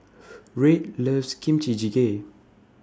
Red loves Kimchi Jjigae